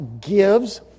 gives